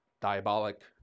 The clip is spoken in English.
diabolic